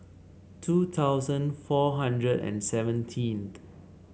two thousand four hundred and seventeenth